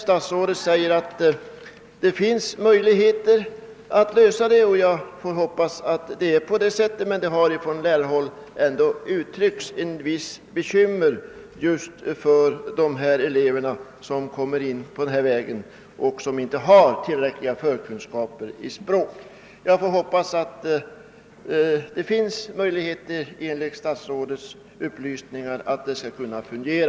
Statsrådet säger att det finns möjligheter att lösa den, men det har alltså från lärarhåll ändå getts uttryck för vissa bekymmer när det gäller dessa elever. Jag hoppas att det som statsrådet säger finns möjligheter att få det hela att fungera enligt skolöverstyrelsens anvisningar.